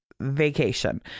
vacation